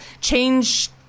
change